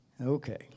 Okay